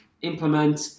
implement